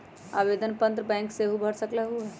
आवेदन पत्र बैंक सेहु भर सकलु ह?